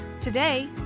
Today